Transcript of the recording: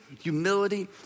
humility